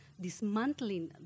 dismantling